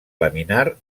laminar